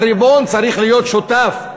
הריבון צריך להיות שותף.